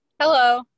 Hello